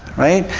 right?